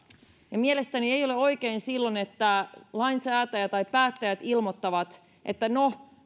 mielestäni ei ole oikein silloin että päättäjät ilmoittavat että no